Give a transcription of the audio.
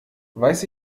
weiß